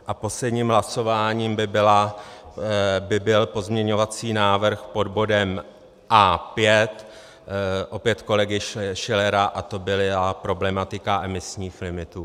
A posledním hlasováním by byl pozměňovací návrh pod bodem A5, opět kolegy Schillera, a to byla problematika emisních limitů.